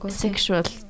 sexual